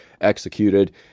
executed